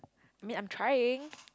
mean I'm trying